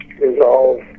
resolve